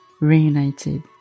reunited